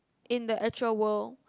in the actual world